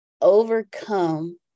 overcome